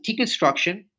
deconstruction